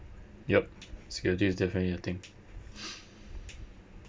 yup security is definitely a thing